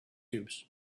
cubes